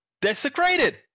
desecrated